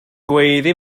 gweiddi